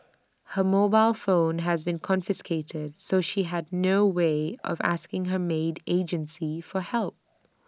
her mobile phone has been confiscated so she had no way of asking her maid agency for help